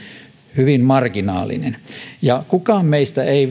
hyvin marginaalinen ja kukaan meistä ei